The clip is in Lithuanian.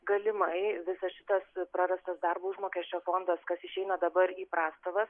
galimai visas šitas prarastas darbo užmokesčio fondas kas išeina dabar į prastovas